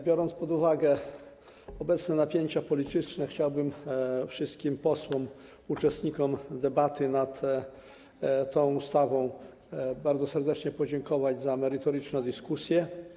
Biorąc pod uwagę obecne napięcia polityczne, chciałbym wszystkim posłom, uczestnikom debaty nad tą ustawą bardzo serdecznie podziękować za merytoryczną dyskusję.